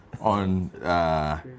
on